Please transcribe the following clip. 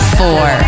four